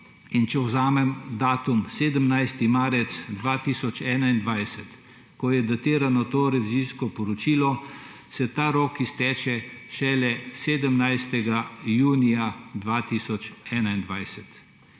Če vzamem datum 17. marec 2021, ko je datirano to revizijsko poročilo, se ta rok izteče šele 17. junija 2021.